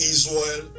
Israel